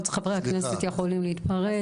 רק חברי הכנסת יכולים להתפרץ.